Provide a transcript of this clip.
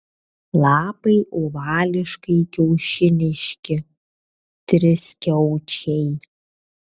lapai ovališkai kiaušiniški triskiaučiai